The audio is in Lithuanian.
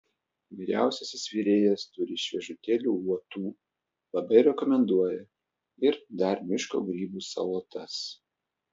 vyriausiasis virėjas turi šviežutėlių uotų labai rekomenduoja ir dar miško grybų salotas